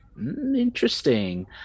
interesting